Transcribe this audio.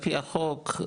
האמירה שזה על פי החוק,